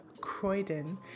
Croydon